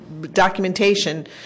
documentation